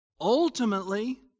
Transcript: ultimately